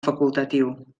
facultatiu